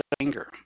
anger